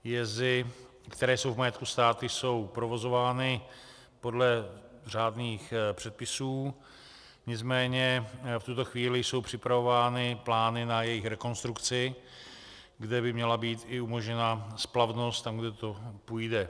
Jezy, které jsou v majetku státu, jsou provozovány podle řádných předpisů, nicméně v tuto chvíli jsou připravovány plány na jejich rekonstrukci, kde by měla být i umožněna splavnost tam, kde to půjde.